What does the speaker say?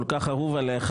הוא כל כך אהוב עליך.